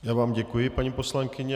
Já vám děkuji, paní poslankyně.